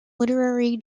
literary